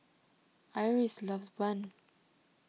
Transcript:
Iris loves Bun